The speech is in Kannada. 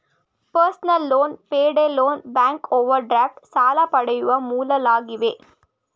personal loan, payday loan, bank overdraft ಸಾಲ ಪಡೆಯುವ ಮೂಲಗಳಾಗಿವೆ